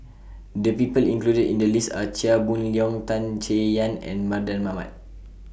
The People included in The list Are Chia Boon Leong Tan Chay Yan and Mardan Mamat